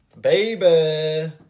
Baby